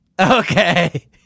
Okay